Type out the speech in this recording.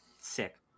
Sick